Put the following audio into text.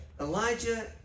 Elijah